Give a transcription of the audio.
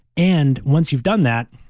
and once you've done that